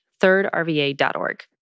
thirdrva.org